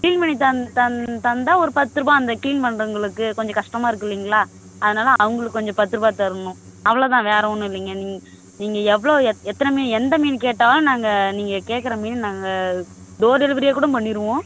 clean பண்ணி தந்தால் ஒரு பத்துரூபா அந்த கிளீன் பண்ணுறவங்களுக்கு கொஞ்சம் கஷ்டமாக இருக்கும் இல்லைங்களா அதனால் அவுங்களுக்கு கொஞ்சம் பத்துரூபா தரணும் அவ்வளோதான் வேறு ஒன்னும் இல்லைங்க நீங்க நீங்கள் எவ்வளோ எத்தனை எந்த மீன் கேட்டாலும் நாங்கள் நீங்கள் கேக்கிற மீன் நாங்கள் டோர் டெலிவெரியா கூட பண்ணிவிடுவோம்